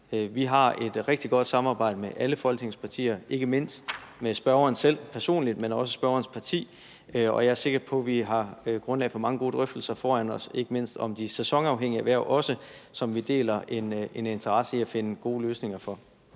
Vi har et rigtig godt samarbejde med alle Folketingets partier, ikke mindst med spørgeren selv personligt, men også spørgerens parti, og jeg er sikker på, at vi har grundlag for mange gode drøftelser foran os, ikke mindst om de sæsonafhængige erhverv også, som vi deler en interesse i at finde gode løsninger for.